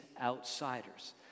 outsiders